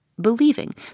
believing